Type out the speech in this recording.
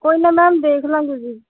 ਕੋਈ ਨਾ ਮੈਮ ਦੇਖ ਲਾਂਗੇ ਜੀ